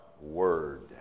word